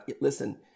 listen